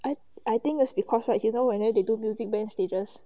I I think is because right you know whenever they do music band stages